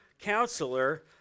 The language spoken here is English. counselor